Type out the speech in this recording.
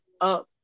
up